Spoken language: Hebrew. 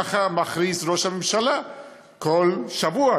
ככה מכריז ראש הממשלה כל שבוע,